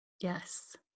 Yes